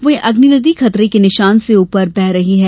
वहीं अग्नि नदी खतरे के निशान से ऊपर बह रही है